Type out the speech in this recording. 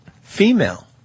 Female